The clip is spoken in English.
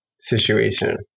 situation